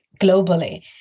globally